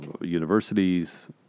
universities